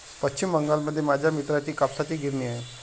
पश्चिम बंगालमध्ये माझ्या मित्राची कापसाची गिरणी आहे